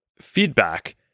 feedback